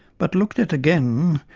but looked at again,